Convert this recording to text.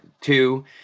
Two